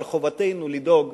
אבל חובתנו לדאוג